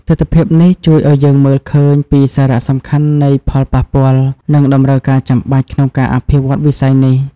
ទិដ្ឋភាពនេះ ជួយឱ្យយើងមើលឃើញពីសារៈសំខាន់នៃផលប៉ះពាល់ និងតម្រូវការចាំបាច់ក្នុងការអភិវឌ្ឍន៍វិស័យនេះ។